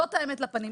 זאת האמת לפנים.